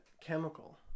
chemical